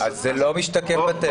אז זה לא משתקף יותר.